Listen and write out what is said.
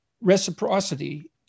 Reciprocity